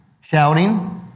shouting